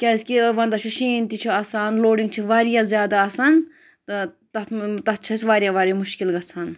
کیازکہِ وَنٛدَس چھُ شیٖن تہِ چھُ آسان لوڈِنٛگ چھِ واریاہ زیادٕ آسان تہٕ تَتھ چھِ اَسہِ واریاہ واریاہ مُشکِل گَژھان